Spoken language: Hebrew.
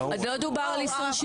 לא, לא דובר על איסור שימוש.